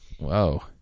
Whoa